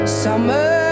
summer